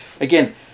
again